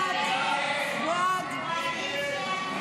הסתייגות 178 לא נתקבלה.